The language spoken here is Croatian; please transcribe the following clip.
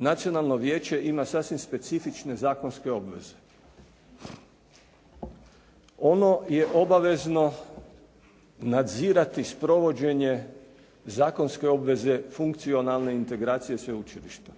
Nacionalno vijeće ima sasvim specifične zakonske obveze. Ono je obavezno nadzirati sprovođenje zakonske obveze funkcionalne integracije sveučilišta.